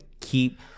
keep